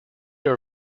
are